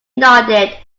nodded